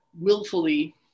willfully